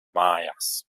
mājās